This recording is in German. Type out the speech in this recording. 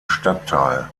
stadtteil